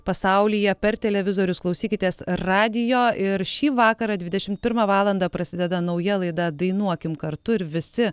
pasaulyje per televizorius klausykitės radijo ir šį vakarą dvidešimt pirmą valandą prasideda nauja laida dainuokim kartu ir visi